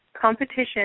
competition